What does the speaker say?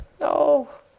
Oh